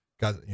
got